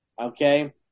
Okay